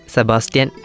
Sebastian